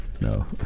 no